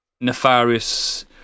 nefarious